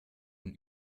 man